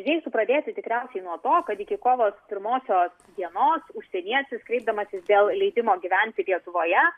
reiktų pradėti tikriausiai nuo to kad iki kovo pirmosios dienos užsienietis kreipdamasis dėl leidimo gyventi lietuvoje